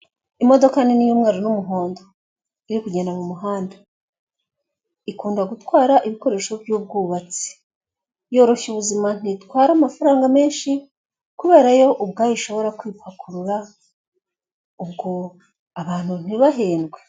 Imodoka nini y'umweru n'umuhondo, iri kugenda mu muhanda, ikunda gutwara ibikoresho by'ubwubatsi, yoroshya ubuzima ntitwara amafaranga menshi, kubera yo ubwayo ishobora kwipakurura ubwo abantu ntibahendwe.